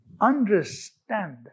Understand